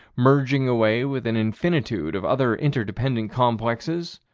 merging away with an infinitude of other interdependent complexes.